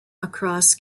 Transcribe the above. across